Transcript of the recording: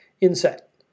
Inset